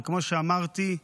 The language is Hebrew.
וכמו שאמרתי,